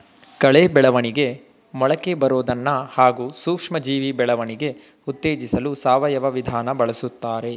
ಕಳೆ ಬೆಳವಣಿಗೆ ಮೊಳಕೆಬರೋದನ್ನ ಹಾಗೂ ಸೂಕ್ಷ್ಮಜೀವಿ ಬೆಳವಣಿಗೆ ಉತ್ತೇಜಿಸಲು ಸಾವಯವ ವಿಧಾನ ಬಳುಸ್ತಾರೆ